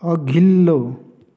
अघिल्लो